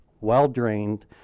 well-drained